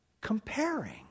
Comparing